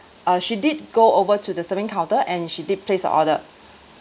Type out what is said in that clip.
uh she did go over to the serving counter and she did place her order